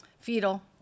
fetal